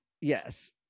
Yes